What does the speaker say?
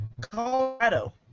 Colorado